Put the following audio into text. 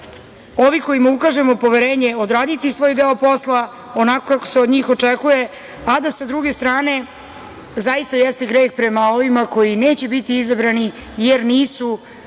ovi kojima ukažemo poverenje odraditi svoj deo posla onako kako se od njih očekuje, a da sa druge strane zaista jeste greh prema ovima koji neće biti izabrani jer nisu